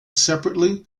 separately